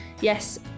Yes